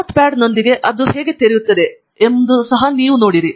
ನೋಟ್ಪಾಡ್ನೊಂದಿಗೆ ಅದನ್ನು ಹೇಗೆ ತೆರೆಯುತ್ತದೆ ಎಂಬುದನ್ನು ನೀವು ನೋಡಬಹುದು